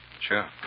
Sure